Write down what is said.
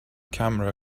camera